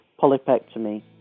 polypectomy